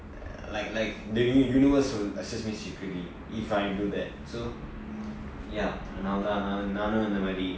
like like the universe will assist me secretly if I do that so ya நா தான் நானும் அந்த மாதிரி:naa thaan naanum antha maathiri